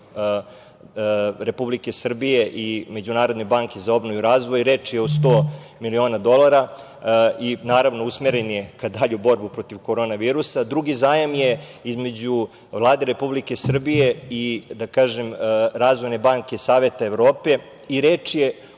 Republike Srbije i Međunarodne banke za obnovu i razvoj, reč je o 100 miliona dolara i usmeren je na dalju borbu protiv korona virusa i drugi zajam između Vlade Republike Srbije i Razvojne banke Saveta Evrope, reč je